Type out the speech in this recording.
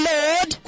Lord